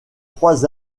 trois